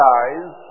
eyes